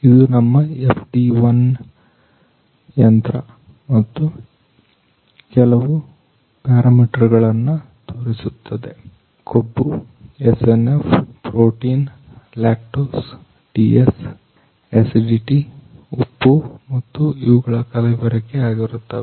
ಇದು ನಮ್ಮ FD1 ಯಂತ್ರ ಮತ್ತು ಯಂತ್ರ ಕೆಲವು ಪ್ಯಾರಾಮೀಟರ್ ಗಳನ್ನು ತೋರಿಸುತ್ತದೆ ಕೊಬ್ಬು SNF ಪ್ರೋಟೀನ್ ಲ್ಯಾಕ್ಟೋಸ್TS ಎಸಿಡಿಟಿ ಉಪ್ಪು ಮತ್ತು ಇವುಗಳು ಕಲಬೆರಕೆ ಆಗಿರುತ್ತವೆ